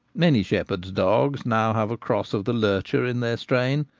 many shepherds' dogs now have a cross of the lurcher in their strain,